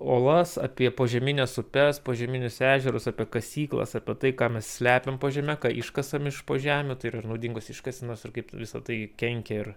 olas apie požemines upes požeminius ežerus apie kasyklas apie tai ką mes slepiam po žeme ką iškasam iš po žemių tai yra ir naudingos iškasenos ir kaip visa tai kenkia ir